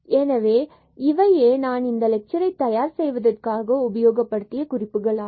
எனவே இவையே நான் இந்த லெக்சரை தயார் செய்வதற்காக உபயோகப்படுத்திய குறிப்புகள் ஆகும்